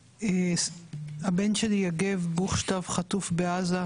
הבן שלי יגב בוכשטב חטוף בעזה,